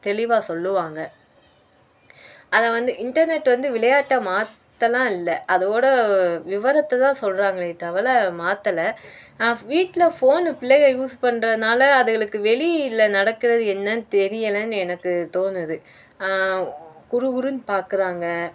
தெளிவாக சொல்லுவாங்கள் அதை வந்து இன்டர்நெட் வந்து விளையாட்டை மாற்றலாம் இல்லை அதோடய விவரத்தை தான் சொல்கிறாங்களே தவிர மாற்றல நான் வீட்டில ஃபோனு பிள்ளைகள் யூஸ் பண்ணுறனால அதுங்களுக்கு வெளியில் நடக்கிறது என்னன்னு தெரியலை எனக்கு தோணுது குரு குருனு பார்க்குறாங்க